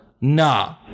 nah